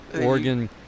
Oregon